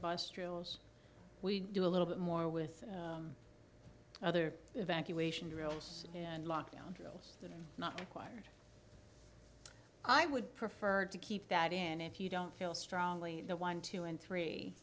bus drills we do a little bit more with other evacuation drills and lockdown drills than not required i would prefer to keep that in if you don't feel strongly one two and three